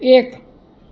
એક